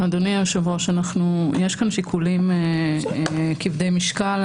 אדוני היושב-ראש, יש כאן שיקולים כבדי משקל.